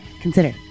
consider